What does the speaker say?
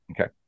Okay